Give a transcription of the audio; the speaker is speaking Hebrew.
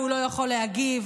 והוא לא יכול להגיב,